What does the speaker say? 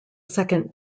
second